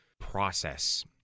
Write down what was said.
process